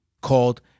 called